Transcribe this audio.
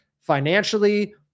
financially